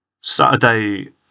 Saturday